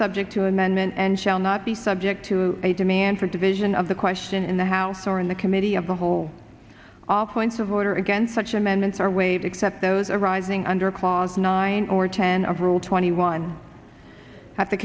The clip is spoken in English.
subject to amendment and shall not be subject to a demand for division of the question in the house or in the committee of the whole all points of order again such amendments are waive except those arising under clause nine or ten of rule twenty one at the